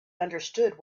understood